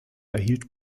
erhielt